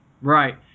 Right